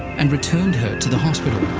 and returned her to the hospital.